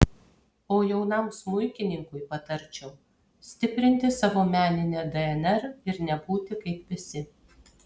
o jaunam smuikininkui patarčiau stiprinti savo meninę dnr ir nebūti kaip visi